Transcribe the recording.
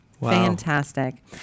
Fantastic